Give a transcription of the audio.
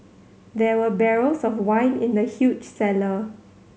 there were barrels of wine in the huge cellar